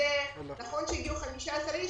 נכון שהגיעו 15 איש,